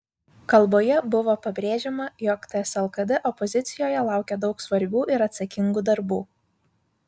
kalboje buvo pabrėžiama jog ts lkd opozicijoje laukia daug svarbių ir atsakingų darbų